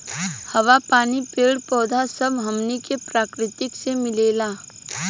हवा, पानी, पेड़ पौधा सब हमनी के प्रकृति से मिलेला